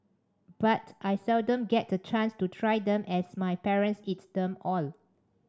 but I seldom get the chance to try them as my parents eat them all